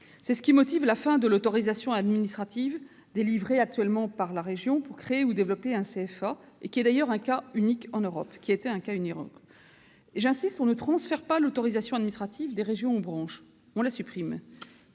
C'est ce qui motive la fin de l'autorisation administrative délivrée actuellement par la région pour créer ou développer un CFA, un cas unique en Europe. J'insiste : on ne transfère pas l'autorisation administrative des régions aux branches, on la supprime.